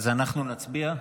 אז אנחנו נצביע.